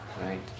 right